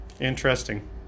interesting